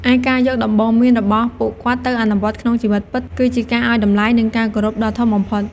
ឯការយកដំបូន្មានរបស់ពួកគាត់ទៅអនុវត្តក្នុងជីវិតពិត គឺជាការឲ្យតម្លៃ និងការគោរពដ៏ធំបំផុត។